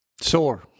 Sore